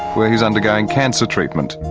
where he's undergoing cancer treatment.